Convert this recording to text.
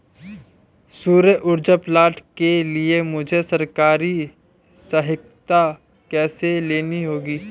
सौर ऊर्जा प्लांट के लिए मुझे सरकारी सहायता कैसे लेनी होगी?